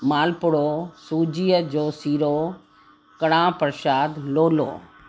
मालपूड़ो सूजीअ जो सीरो कणाह प्रसाद लोलो